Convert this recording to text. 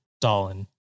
Stalin